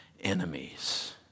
enemies